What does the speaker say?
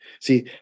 See